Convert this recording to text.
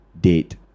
date